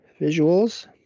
visuals